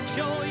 Show